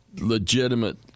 legitimate